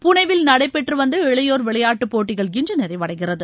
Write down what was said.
புனேவில் நடைபெற்று வந்த இளையோர் விளையாட்டு போட்டிகள் இன்று நிறைவடைகிறது